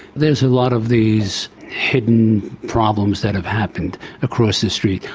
there's a lot of these hidden problems that have happened across the street.